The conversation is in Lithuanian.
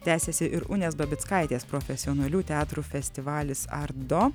tęsiasi ir unės babickaitės profesionalių teatrų festivalis art do